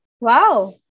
Wow